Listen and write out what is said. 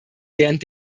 während